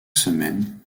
semaine